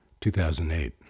2008